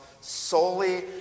solely